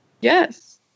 Yes